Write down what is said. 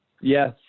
Yes